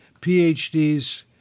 PhDs